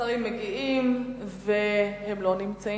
השרים מגיעים, והם לא נמצאים.